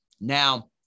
Now